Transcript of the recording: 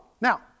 now